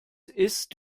ist